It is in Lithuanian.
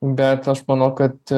bet aš manau kad